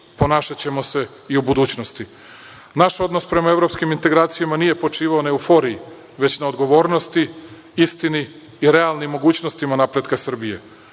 ponašaćemo se i u budućnosti. Naš odnos prema evropskim integracijama nije počivao na euforiji, već na odgovornosti, istini i realnim mogućnostima napretka Srbije.